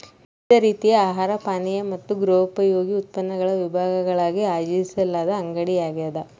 ವಿವಿಧ ರೀತಿಯ ಆಹಾರ ಪಾನೀಯ ಮತ್ತು ಗೃಹೋಪಯೋಗಿ ಉತ್ಪನ್ನಗಳ ವಿಭಾಗಗಳಾಗಿ ಆಯೋಜಿಸಲಾದ ಅಂಗಡಿಯಾಗ್ಯದ